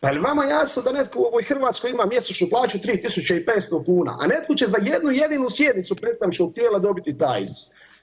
Pa je li vama jasno da netko u ovoj Hrvatskoj ima mjesečnu plaću 3.500 kuna, a netko će za jednu jedinu sjednicu predstavničkog tijela dobiti taj iznos?